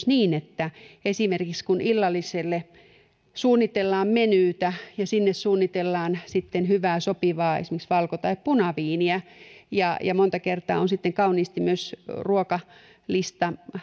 niin esimerkiksi kun illalliselle suunnitellaan menyytä ja sinne suunnitellaan hyvää sopivaa esimerkiksi valko tai punaviiniä ja ja monta kertaa on sitten kauniisti myös ruokalista